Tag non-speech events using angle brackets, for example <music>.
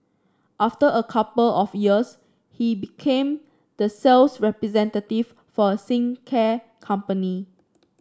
after a couple of years he became the sales representative for a <unintelligible> company